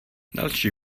další